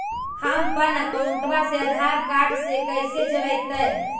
हमपन अकाउँटवा से आधार कार्ड से कइसे जोडैतै?